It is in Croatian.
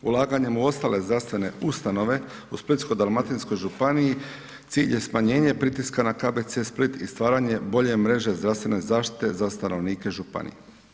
Ulaganjem u ostale zdravstvene ustanove u Splitsko-dalmatinskoj županiji cilj je smanjenje pritiska na KBC Split i stvaranje bolje mreže zdravstvene zaštite za stanovnike županija.